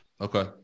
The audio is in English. Okay